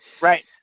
Right